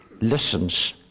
listens